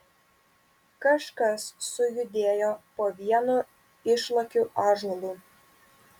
kažkas sujudėjo po vienu išlakiu ąžuolu